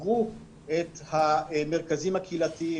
סגרו את המרכזים הקהילתיים,